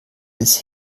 des